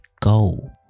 go